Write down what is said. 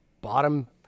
bottom